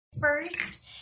first